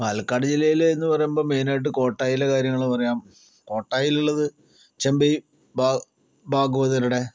പാലക്കാട് ജില്ലയിൽ എന്ന് പറയുമ്പോൾ മെയിനായിട്ട് കോട്ടായിലെ കാര്യങ്ങൾ പറയാം കോട്ടായിലുള്ളത് ചെമ്പൈ ഭാഗവതരുടെ